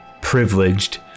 privileged